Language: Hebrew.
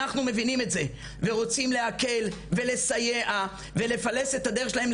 אנחנו מבינים את זה ורוצים להקל ולסייע ולפלס את הדרך שלהם,